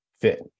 fit